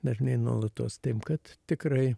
dažnai nuolatos taip kad tikrai